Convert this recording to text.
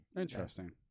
interesting